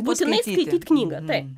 būtinai skaityt knygą taip